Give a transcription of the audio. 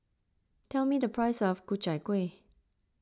tell me the price of Ku Chai Kuih